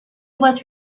was